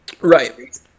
Right